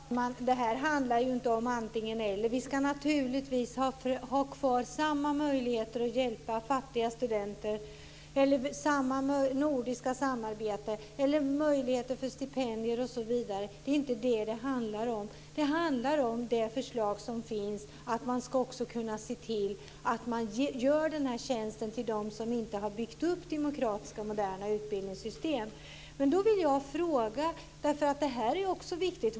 Herr talman! Det här handlar inte om antingeneller. Naturligtvis ska vi ha kvar samma möjligheter - hjälpa fattiga studenter och ha samma nordiska samarbete, möjligheter till stipendier osv. Det är inte detta som det handlar om, utan det handlar om det förslag som finns om att man också ska kunna se till att göra den här tjänsten för dem som inte har byggt upp demokratiska och moderna utbildningssystem. Jag går sedan över till en annan sak som också är viktig.